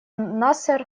насер